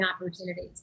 opportunities